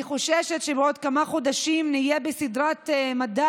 אני חוששת שבעוד כמה חודשים נהיה בסדרת מדע